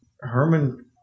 Herman